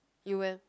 you and